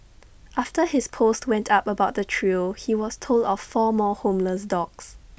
after his post went up about the trio he was told of four more homeless dogs